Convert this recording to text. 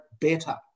better